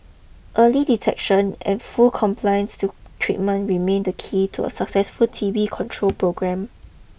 early detection and full compliance to treatment remain the key to a successful T B control programme